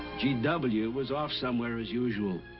g w. was off somewhere, as usual,